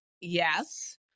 Yes